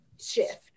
shift